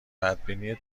بدبینی